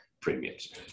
premiums